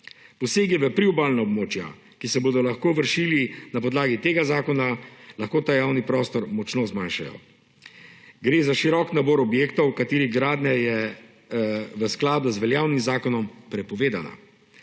Posegi v priobalna območja, ki se bodo lahko vršili na podlagi tega zakona, lahko ta javni prostor močno zmanjšajo. Gre za širok nabor objektov, katerih gradnja je v skladu z veljavnim zakonom prepovedana.